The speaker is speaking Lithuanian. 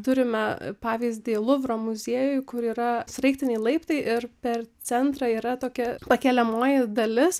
turime pavyzdį luvro muziejuj kur yra sraigtiniai laiptai ir per centrą yra tokia pakeliamoji dalis